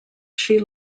she